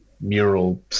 mural